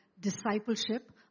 discipleship